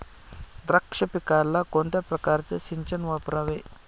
द्राक्ष पिकाला कोणत्या प्रकारचे सिंचन वापरावे?